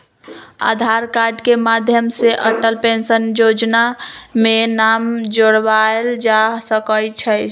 आधार card के माध्यम से अटल पेंशन जोजना में नाम जोरबायल जा सकइ छै